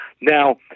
Now